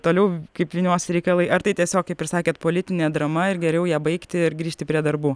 toliau kaip vyniosis reikalai ar tai tiesiog kaip ir sakėt politinė drama ir geriau ją baigti ir grįžti prie darbų